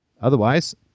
Otherwise